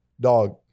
Dog